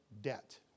debt